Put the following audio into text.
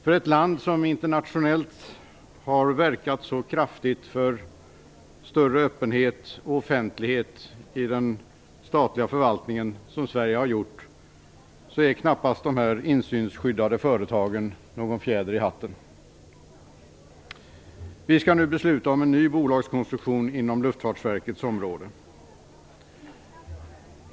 För ett land som internationellt har verkat så kraftfullt för större öppenhet och offentlighet i den statliga förvaltningen som Sverige har gjort är dessa insynsskyddade företag knappast någon fjäder i hatten. Vi skall nu besluta om en ny bolagskonstruktion inom Luftfartsverkets område.